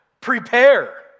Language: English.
prepare